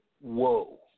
Whoa